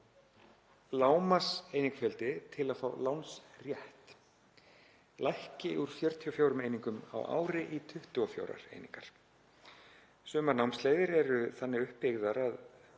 lágmarkseiningafjöldi til að fá lánsrétt lækki úr 44 einingum á ári í 24 einingar. Sumar námsleiðir eru þannig uppbyggðar að